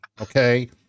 Okay